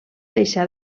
deixar